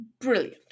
brilliant